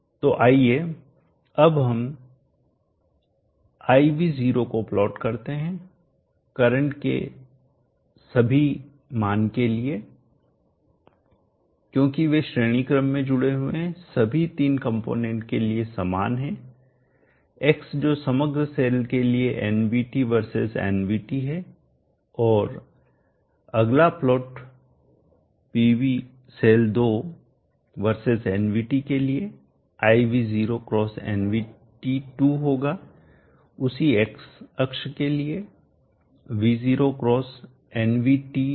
तो आइए अब हम I v0 को प्लॉट करते हैं i करंट सभी के लिए समान है क्योंकि वे श्रेणी क्रम में जुड़े हैं सभी तीन कंपोनेंट के लिए समान हैं x जो समग्र सेल के लिए nvt वर्सेस nvt हैं और अगला plot Pv cell 2 versus nvt के लिए i v0 x nvt2 होगा उसी X अक्ष के लिए